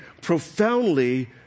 profoundly